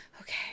okay